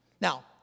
Now